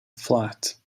flight